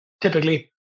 typically